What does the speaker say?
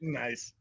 nice